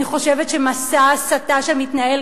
אני חושבת שמסע ההסתה שמתנהל,